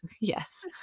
yes